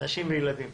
נשים וילדים.